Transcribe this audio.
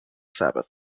sabbath